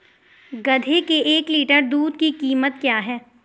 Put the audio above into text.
गधे के एक लीटर दूध की कीमत क्या है?